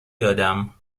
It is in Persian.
دادم